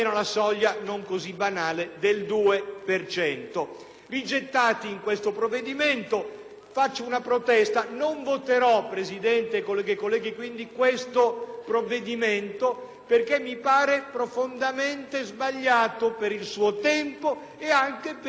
quindi una protesta: non voterò, Presidente, colleghe e colleghi, questo provvedimento, perché mi pare profondamente sbagliato per il suo tempo e anche per quello che dice. Come ho detto, qualche mese fa, avrei voluto partecipare ad una discussione assai diversa,